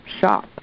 SHOP